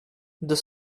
deux